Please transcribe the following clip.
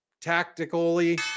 tactically